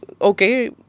okay